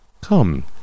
Come